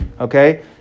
Okay